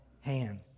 hand